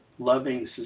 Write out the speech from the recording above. loving